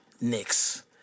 Knicks